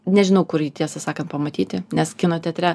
nežinau kur jį tiesą sakant pamatyti nes kino teatre